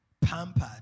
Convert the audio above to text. pampered